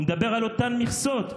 הוא מדבר על אותן מכסות,